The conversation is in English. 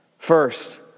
First